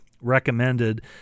recommended